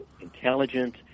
intelligent